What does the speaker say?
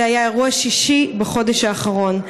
זה היה האירוע השישי בחודש האחרון.